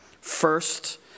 First